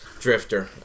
Drifter